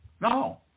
No